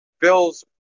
Bills